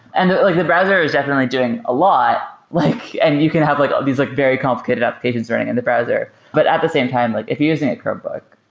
and the like the browser is definitely doing a lot, like and you can have like these like very complicated applications running in the browser. but at the same time, like if you're using a chromebook,